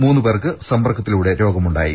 മൂന്ന് പേർക്ക് സമ്പർക്കത്തിലൂടെ രോഗമുണ്ടായി